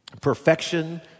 Perfection